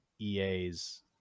EA's